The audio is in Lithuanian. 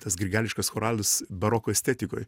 tas grigališkas choralas baroko estetikoj